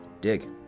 dig